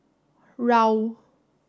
Raoul